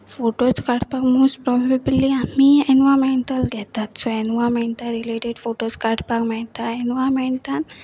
photos काडपाक most probably आमी environmental घेतात सो एनवायरमेंटान रिलेटेड फोटोज काडपाक मेळटा एनवायरमेंटान